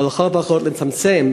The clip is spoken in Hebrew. או לכל הפחות לצמצם,